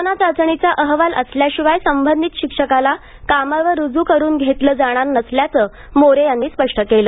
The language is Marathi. कोरोना चाचणीचा अहवाल असल्याशिवाय संबंधित शिक्षकाला कामावर रुज्र करून घेतलं जाणार नसल्याचं मोरे यांनी स्पष्ट केलं